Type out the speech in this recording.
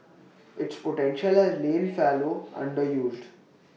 its potential has lain fallow underused